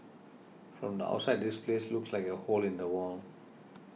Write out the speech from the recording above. from the outside this place looks like a hole in the wall